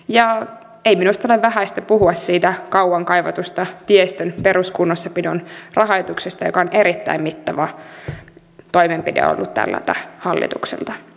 ei minusta ole vähäistä puhua siitä kauan kaivatusta tiestön peruskunnossapidon rahoituksesta joka on erittäin mittava toimenpide ollut tältä hallitukselta